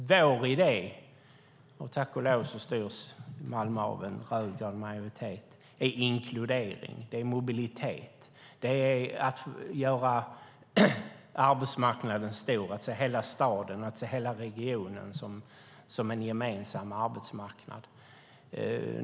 Vår idé - tack och lov styrs Malmö av en rödgrön majoritet - handlar om inkludering och mobilitet, om att man ska göra arbetsmarknaden stor och se hela staden och hela regionen som en gemensam arbetsmarknad.